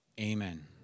Amen